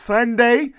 Sunday